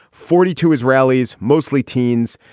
forty two israelis, mostly teens.